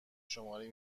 شماری